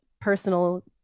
personal